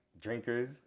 drinkers